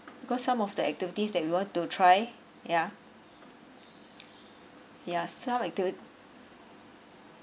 because some of the activities that we want to try yeah yeah some activity